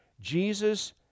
Jesus